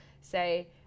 say